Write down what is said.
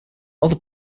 other